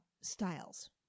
styles